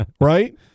right